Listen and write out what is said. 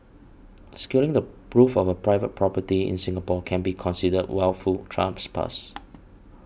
scaling the roof of a private property in Singapore can be considered wilful trespass